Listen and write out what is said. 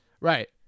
Right